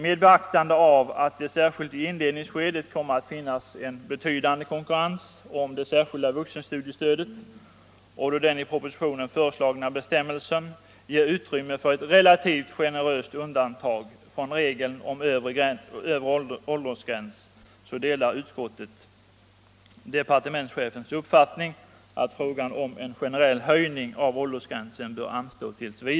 Med beaktande av att det särskilt i inledningsskedet kommer att finnas en betydande konkurrens om det särskilda vuxenstudiestödet och då den i propositionen föreslagna bestämmelsen ger utrymme för ett relativt generöst undantag från regeln om övre åldersgräns, delar utskottet departementschefens uppfattning att en generell höjning av åldersgränsen bör anstå t. v.